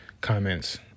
comments